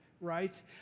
right